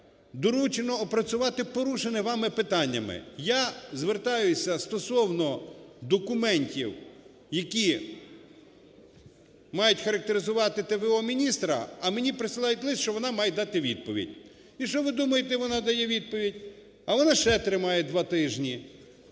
доручено опрацювати порушене вами питання". Я звертаюся стосовно документів, які мають характеризувати т.в.о. міністра, а мені присилають лист, що вона має дати відповідь. І що ви думаєте? Вона дає відповідь, але вона ще тримає два тижні.